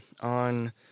on